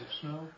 snow